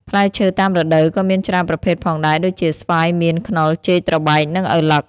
ផ្លែឈើតាមរដូវក៏មានច្រើនប្រភេទផងដែរ ដូចជា ស្វាយ មៀន ខ្នុរ ចេក ត្របែក និងឪឡឹក។